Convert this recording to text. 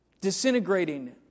disintegrating